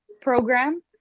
program